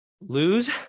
lose